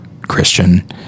Christian